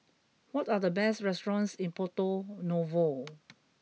what are the best restaurants in Porto Novo